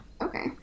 Okay